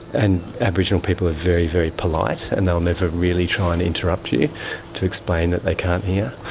and aboriginal people are very, very polite, and they will never really try and interrupt you to explain that they can't hear.